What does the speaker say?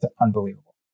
unbelievable